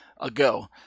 ago